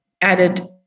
added